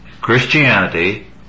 Christianity